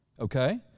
Okay